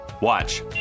Watch